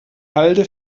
halde